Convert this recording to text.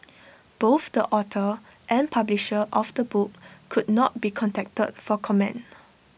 both the author and publisher of the book could not be contacted for comment